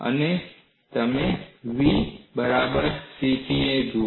અને તમે v બરાબર CP ને જુઓ